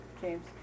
James